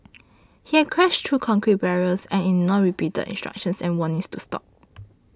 he had crashed through concrete barriers and ignored repeated instructions and warnings to stop